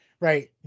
right